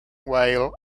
while